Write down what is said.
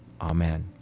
amen